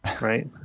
Right